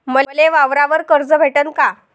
मले वावरावर कर्ज भेटन का?